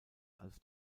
als